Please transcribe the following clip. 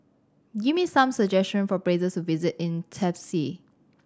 give me some suggestion for places to visit in Tbilisi